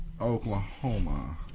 Oklahoma